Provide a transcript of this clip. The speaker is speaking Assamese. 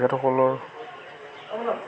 তেখেতকলৰ